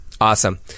Awesome